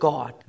God